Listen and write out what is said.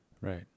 Right